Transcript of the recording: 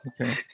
Okay